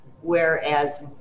whereas